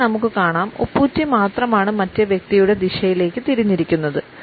B യിൽ നമുക്ക് കാണാം ഉപ്പൂറ്റി മാത്രമാണ് മറ്റേ വ്യക്തിയുടെ ദിശയിലേക്ക് തിരിഞ്ഞിരിക്കുന്നത്